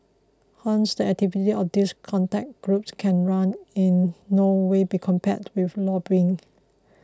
hence the activities of these contact groups can in no way be compared with lobbying